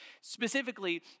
specifically